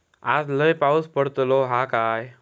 आज लय पाऊस पडतलो हा काय?